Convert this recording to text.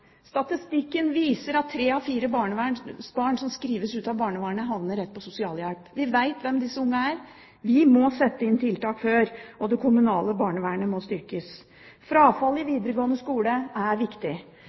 Statistikken viser at tre av fire barnevernsbarn som skrives ut av barnevernet, havner rett på sosialhjelp. Vi vet hvem disse ungene er. Vi må sette inn tiltak før. Det kommunale barnevernet må styrkes. Å hindre frafall i